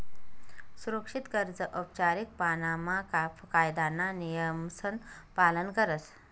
सुरक्षित कर्ज औपचारीक पाणामा कायदाना नियमसन पालन करस